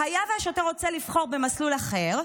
והיה והשוטר רוצה לבחור במסלול אחר,